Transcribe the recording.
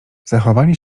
zachowanie